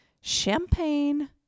Champagne